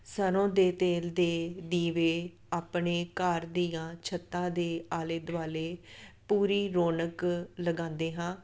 ਸਰ੍ਹੋਂ ਦੇ ਤੇਲ ਦੇ ਦੀਵੇ ਆਪਣੇ ਘਰ ਦੀਆਂ ਛੱਤਾਂ ਦੇ ਆਲੇ ਦੁਆਲੇ ਪੂਰੀ ਰੌਣਕ ਲਗਾਉਂਦੇ ਹਾਂ